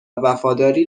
وفاداری